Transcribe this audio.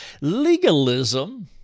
Legalism